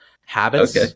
habits